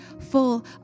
full